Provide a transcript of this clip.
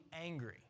angry